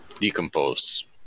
decompose